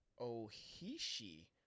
Ohishi